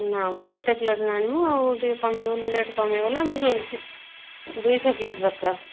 ନା ମ ଏତେ ପ୍ଲେଟ୍ ଆଣିବୁ ଆଉ ଟିକେ କମାଇବନି ରେଟ୍ କମାଇବେ ନା ମୁଁ ଦୁଇଶହ ପ୍ଲେଟ୍ ଦରକାର